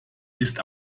ist